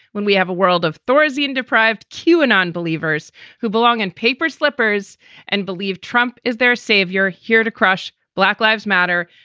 when we have a world of thorazine deprived and unbelievers who belong in paper slippers and believe trump is their savior here to crush. black lives matter.